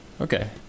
Okay